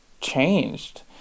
changed